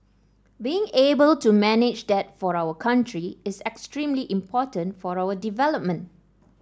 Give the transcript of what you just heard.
being able to manage that for our country is extremely important for our development